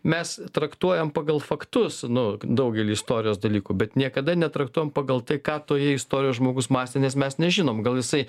mes traktuojam pagal faktus nu daugelį istorijos dalykų bet niekada netraktuojam pagal tai ką toje istorijoje žmogus mąstė nes mes nežinom gal jisai